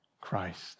Christ